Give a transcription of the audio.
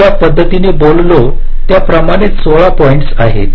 मी ज्या पद्धतीने बोललो त्याप्रमाणेच 16 पॉईंट्स आहेत